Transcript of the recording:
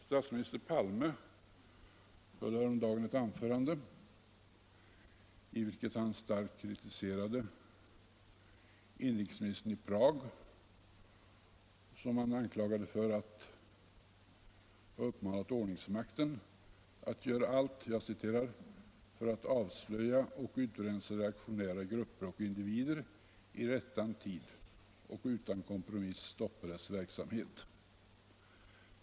Statminister Palme höll häromdagen ett anförande i vilket han starkt kritiserade inrikesministern i Tjeckoslovakien för att han hade uppmanat cheferna för ordningsmakten att göra allt för att avslöja och utrensa reaktionära grupper och individer i rättan tid och utan kompromiss stoppa deras verksamhet.